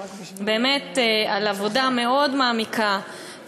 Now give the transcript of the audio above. באמת על עבודה מאוד מעמיקה,